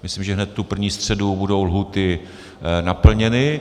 Myslím, že hned tu první středu budou lhůty naplněny.